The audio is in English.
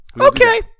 Okay